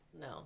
No